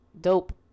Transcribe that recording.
dope